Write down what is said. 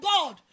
God